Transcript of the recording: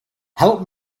help